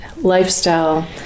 lifestyle